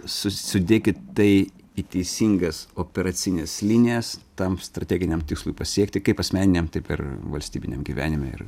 su sudėkit tai į teisingas operacines linijas tam strateginiam tikslui pasiekti kaip asmeniniam taip ir valstybiniame gyvenime ir